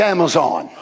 Amazon